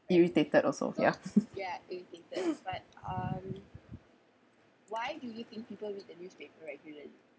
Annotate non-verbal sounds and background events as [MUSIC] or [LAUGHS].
irritated also ya [LAUGHS]